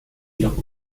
jedoch